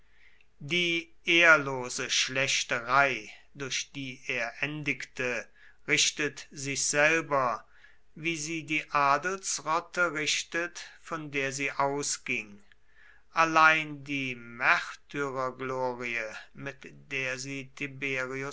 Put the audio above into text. die ehrlose schlächterei durch die er endigte richtet sich selber wie sie die adelsrotte richtet von der sie ausging allein die märtyrerglorie mit der sie